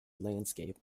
landscape